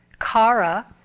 Kara